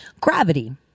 Gravity